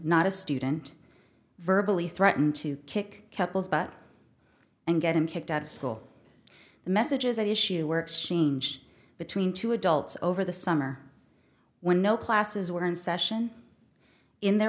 not a student verbal e threatened to kick couples butt and get him kicked out of school the messages at issue were exchanged between two adults over the summer when no classes were in session in their